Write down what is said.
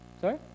sorry